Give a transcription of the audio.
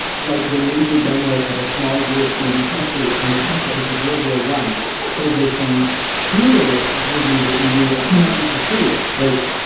like the major domo of a small european country on the precipice of world war one over some blu ray reviews that you do apparently for free like